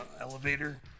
elevator